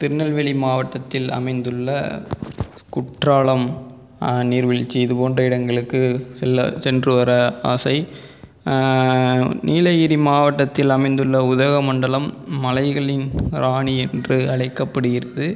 திருநெல்வேலி மாவட்டத்தில் அமைந்துள்ள குற்றாலம் நீர்வீழ்ச்சி இது போன்ற இடங்களுக்கு செல்ல சென்று வர ஆசை நீலகிரி மாவட்டத்தில் அமைந்துள்ள உதகை மண்டலம் மலைகளின் ராணி என்று அழைக்கப்படுகிறது